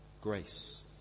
grace